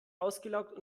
ausgelaugt